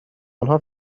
آنها